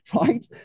right